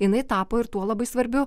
jinai tapo ir tuo labai svarbiu